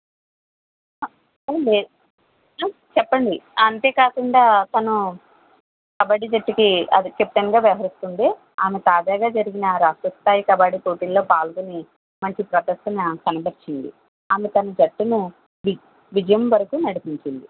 చెప్పండి అంతే కాకుండా తను కబడ్డీ జట్టుకి అది కెప్టెన్గా వ్యవహరిస్తోంది ఆమె తాజాగా జరిగిన రాష్ట్ర స్థాయి కబడ్డీ పోటీల్లో పాల్గొని మంచి ప్రదర్శన కనబరచింది ఆమె తన జట్టును వి విజయం వరకు నడిపించింది